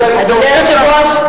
אדוני היושב-ראש,